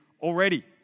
already